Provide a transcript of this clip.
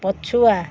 ପଛୁଆ